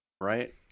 right